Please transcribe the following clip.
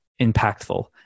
impactful